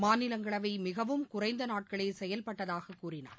மாநிலங்களவை மிகவும் குறைந்த நாட்களே செயல்பட்டதாகக் கூறினார்